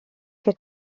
che